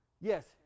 Yes